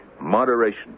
Moderation